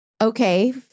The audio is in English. okay